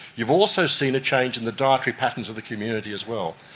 you've also seen a change in the dietary patterns of the community as well.